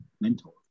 mentor